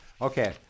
okay